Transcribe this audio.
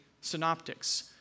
synoptics